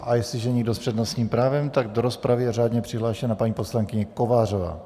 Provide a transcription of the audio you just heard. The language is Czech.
A jestliže nikdo s přednostním právem, tak do rozpravy je řádně přihlášena paní poslankyně Kovářová.